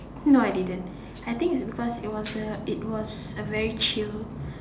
no I didn't I think it's because it was a it was a very chill